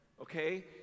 Okay